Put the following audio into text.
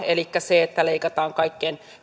elikkä leikataan kaikkein